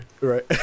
right